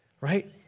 right